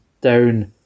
down